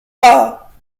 pas